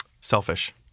selfish